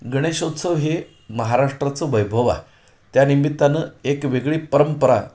गणेशोत्सव हे महाराष्ट्राचं वैभव आहे त्या निमित्तानं एक वेगळी परंपरा